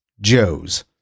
Joe's